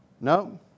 No